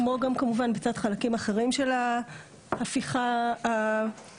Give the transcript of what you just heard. כמו גם כמובן חלקים אחרים של ההפיכה המשפטית,